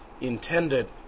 intended